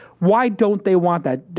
why don't they want that?